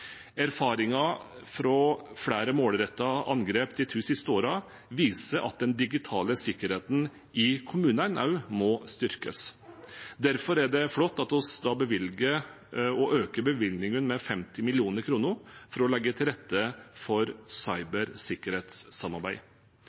Erfaringer fra flere målrettede angrep de to siste årene viser at den digitale sikkerheten i kommunene også må styrkes. Derfor er det flott at vi da øker bevilgningene med 50 mill. kr for å legge til rette for cybersikkerhetssamarbeid.